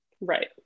Right